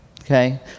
Okay